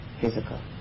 physical